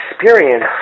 experience